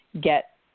get